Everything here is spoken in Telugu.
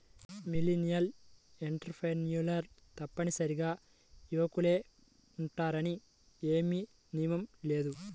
మిలీనియల్ ఎంటర్ప్రెన్యూర్లు తప్పనిసరిగా యువకులే ఉండాలని ఏమీ నియమం లేదు